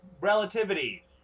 relativity